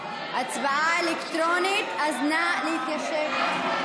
הצבעה אלקטרונית, אז נא להתיישב.